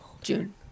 June